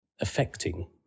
affecting